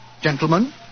Gentlemen